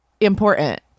important